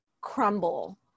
crumble